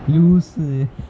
loose uh